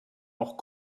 auch